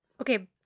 Okay